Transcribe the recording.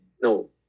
no